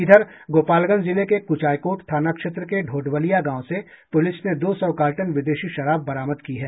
इधर गोपालगंज जिले के कुचायकोट थाना क्षेत्र के ढोडवलिया गांव से पुलिस ने दो सौ कार्टन विदेशी शराब बरामद की है